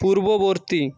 পূর্ববর্তী